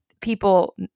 people